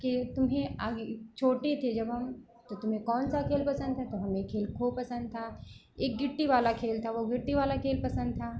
कि तुम्हें आगे छोटे थे जब हम तो तुम्हें कौन सा खेल पसंद था तो हमें खेल खो पसंद था एक गिट्टी वाला खेल था वह गिट्टी वाला खेल पसंद था